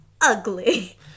ugly